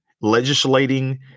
legislating